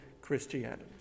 Christianity